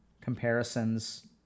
comparisons